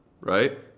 right